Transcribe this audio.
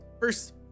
first